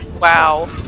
Wow